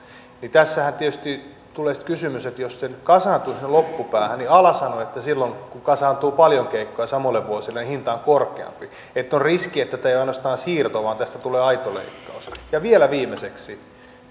tässähän tietysti tulee sitten kysymys että jos se nyt kasaantuu sinne loppupäähän niin ala sanoo että silloin kun kasaantuu paljon keikkoja samoille vuosille niin hinta on korkeampi ja on riski että tämä ei ole ainoastaan siirto vaan tästä tulee aito leikkaus ja vielä viimeiseksi